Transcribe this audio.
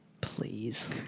Please